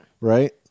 Right